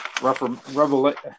Revelation